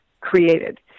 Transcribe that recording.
created